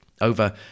over